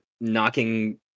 knocking